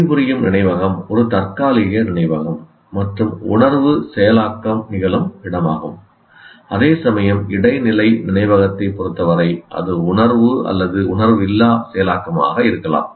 பணிபுரியும் நினைவகம் ஒரு தற்காலிக நினைவகம் மற்றும் உணர்வு செயலாக்கம் நிகழும் இடமாகும் அதேசமயம் இடைநிலை நினைவகத்தைப் பொறுத்தவரை அது உணர்வு அல்லது உணர்வில்லா செயலாக்கமாக இருக்கலாம்